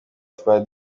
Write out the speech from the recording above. twari